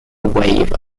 wave